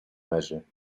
measure